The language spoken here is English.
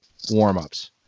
warmups